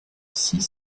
six